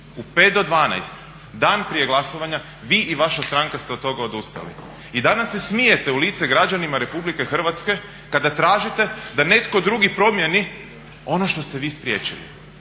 U 5 do 12, dan prije glasovanja vi i vaša stranka ste od toga odustali. I danas se smijete u lice građanima RH kada tražite da netko drugi promjeni ono što ste vi spriječili.